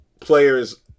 players